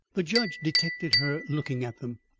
the judge detected her looking at them.